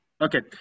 Okay